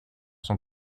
son